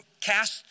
cast